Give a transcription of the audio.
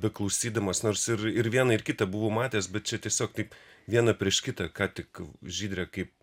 beklausydamas nors ir ir viena ir kita buvo matęs bet čia tiesiog taip viena prieš kitą ką tik žydrė kaip